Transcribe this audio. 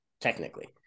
technically